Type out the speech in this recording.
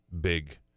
big